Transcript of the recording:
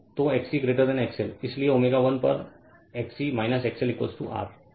तो XC XL इसलिए ω 1 पर XC XL R